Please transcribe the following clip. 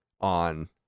on